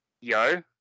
Yo